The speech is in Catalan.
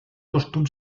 costum